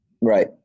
Right